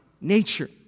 nature